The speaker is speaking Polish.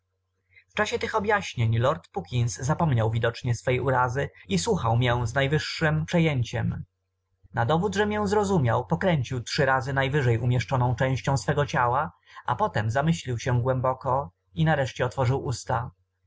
jesieni w czasie tych objaśnień lord puckins zapomniał widocznie swej urazy i słuchał mię z najwyższem przejęciem na dowód że mię zrozumiał pokręcił trzy razy najwyżej umieszczoną częścią swego ciała potem zamyślił się głęboko i nareszcie otworzył usta